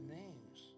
names